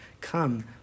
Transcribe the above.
come